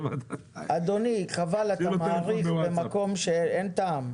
אדוני, חבל, אתה מאריך במקום שאין טעם.